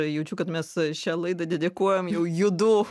jaučiu kad mes šią laidą dedikuojam jau judu